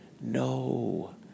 No